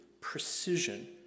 precision